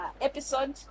episode